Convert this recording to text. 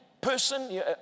person